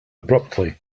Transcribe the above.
abruptly